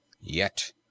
Yet